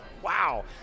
Wow